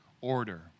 order